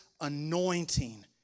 anointing